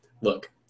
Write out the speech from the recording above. look